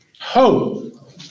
Hope